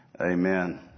amen